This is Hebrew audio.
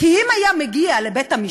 כי אם הוא היה מגיע לבית-המשפט,